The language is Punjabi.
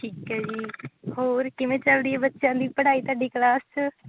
ਠੀਕ ਹੈ ਜੀ ਹੋਰ ਕਿਵੇਂ ਚੱਲਦੀ ਹੈ ਬੱਚਿਆਂ ਦੀ ਪੜ੍ਹਾਈ ਤੁਹਾਡੀ ਕਲਾਸ 'ਚ